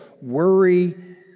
worry